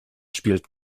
spielt